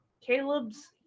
Caleb's